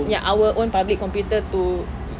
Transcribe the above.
ya our own public computer to